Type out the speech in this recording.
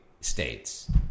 states